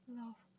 love